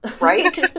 Right